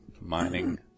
mining